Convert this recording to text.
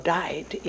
died